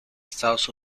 estados